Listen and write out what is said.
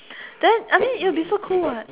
then I mean it'll be so cool what